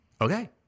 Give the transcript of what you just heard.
Okay